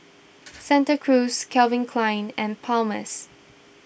Santa Cruz Calvin Klein and Palmer's